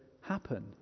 happen